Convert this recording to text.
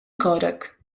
korek